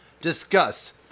Discuss